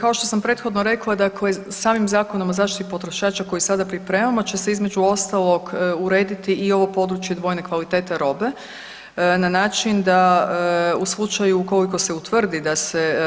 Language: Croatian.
Kao što sam prethodno rekla dakle samim Zakonom o zaštiti potrošača koji sada pripremamo će se između ostalog urediti i ovo područje dvojne kvalitete robe na način da u slučaju ukoliko se utvrdi